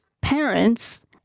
parents